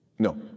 No